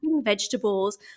vegetables